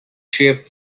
ship